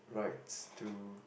rites to